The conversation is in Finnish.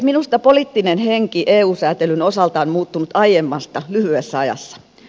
minusta poliittinen henki eu säätelyn osalta on muuttunut aiemmasta lyhyessä ajassa